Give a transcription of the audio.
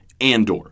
Andor